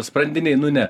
sprandinei nu ne